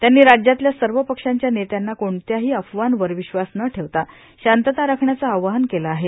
त्यांनी राज्यातल्या सर्व पक्षांच्या नेत्यांना कोणत्याही अफवांवर विश्वास न ठेवता शांतता राखण्याचं आवाहन केलं आहे